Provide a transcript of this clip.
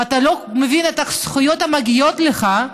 ואתה לא מבין את הזכויות המגיעות לך,